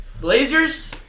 blazers